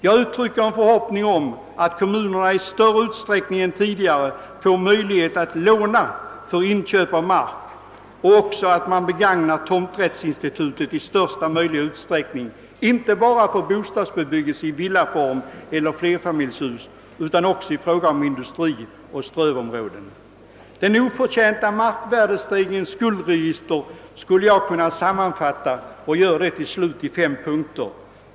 Jag uttrycker en förhoppning om att kommunerna i större utsträckning än tidigare får möjlighet att låna till inköp av mark och också att man begagnar tomträttsinstitutet i största möjliga utsträckning, inte bara för bostadsbebyggelse i villaform eller flerfamiljshus utan också för industrioch strövområden. Den oförtjänta markvärdestegringens skuldregister skulle jag till slut kunna sammanfatta i fem punkter.